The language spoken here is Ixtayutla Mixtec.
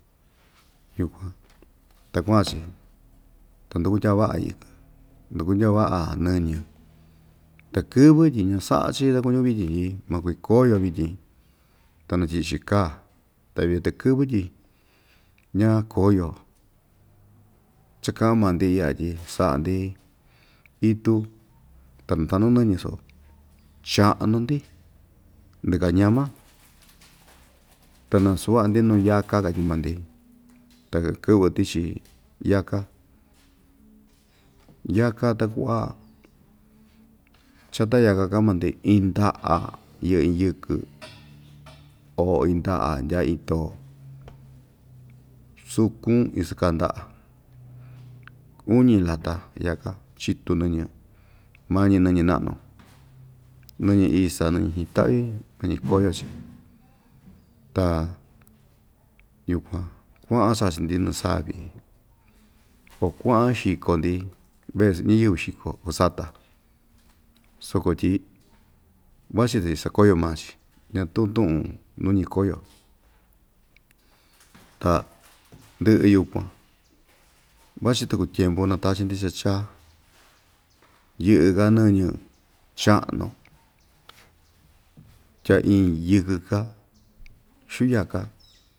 Yukuan ta kuaꞌan‑chi ta nduku ndyaa vaꞌa yɨkɨn nduku ndyaa vaꞌa nɨñɨ takɨ́vɨ́ tyi ñasaꞌa‑chi takuñu vityin tyi makui koyo vityin ta natyiꞌi‑chi kaa ta vio takɨ́vɨ́ tyi ña koyo cha kaꞌan maa‑ndi iꞌya tyi saꞌa‑ndi itu ta nataꞌnu nɨñɨ suu chaꞌnu ndi ndikaa ñama ta naa suvaꞌa‑ndi nuu yaka katyi maa‑ndi ta kɨꞌvɨ tichi yaka yaka ta kuꞌva chata yaka kaꞌan maa‑ndi iin ndaꞌa yɨꞌɨ iin yɨkɨ oo iin ndaꞌa ndyaa iin too sukun iso kaa ndaꞌa uñi lata yaka chitu nɨñɨ mañi nɨñɨ naꞌnu nɨñɨ isa nɨñɨ itaꞌvi kuñi koyo‑chi ta yukuan kuaꞌan chachi‑ndi nɨɨ savi o kuaꞌan xiko‑ndi veꞌe‑ch ñiyɨvɨ xiko o sata soko tyi vachi tyi sakoyo maa‑chi ñatuu tuꞌun nuñi ikoyo ta ndɨꞌɨ yukuan vachi tuku tiempu nata‑chi‑ndi cha chaa yɨꞌɨ‑ka nɨñɨ chaꞌnu tya iin yɨkɨ‑ka xuu yaka.